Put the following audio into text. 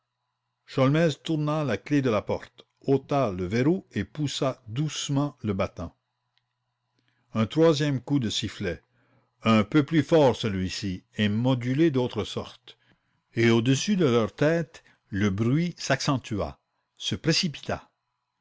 sholmès agacé il tourna la clef de la porte ôta le verrou et poussa doucement le battant un troisième coup de sifflet un peu plus fort celui-ci et modulé d'autre sorte et au-dessus de leur tête le bruit s'accentua se précipita